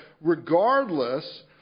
regardless